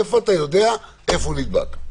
מאיפה אתה יודע איפה הוא נדבק?